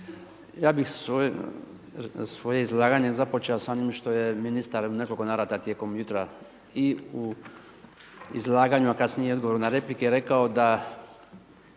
Ja bih svoje izlaganje započeo s onim što je ministar u nekoliko navrata tijekom jutra i u izlaganju a kasnije i u odgovoru na replike rekao da